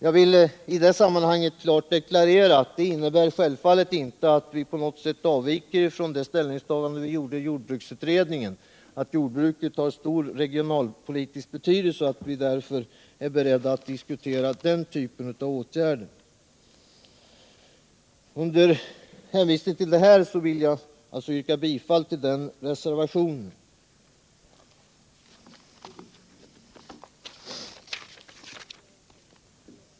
Jag vill i detta sammanhang klart deklarera att detta självfallet inte innebär att vi på något sätt frångår vårt ställningstagande i jordbruksutredningen att jordbruket har en stor regionalpolitisk betydelse och att vi därför är beredda att diskutera den typen av åtgärder. Med hänvisning till detta vill jag yrka bifall till reservationen 3.